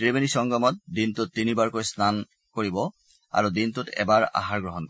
ত্ৰিবেণী সংগমত দিনটোত তিনিবাৰকৈ স্নান গ্ৰহণ কৰিব আৰু দিনটোত এবাৰ আহাৰ গ্ৰহণ কৰিব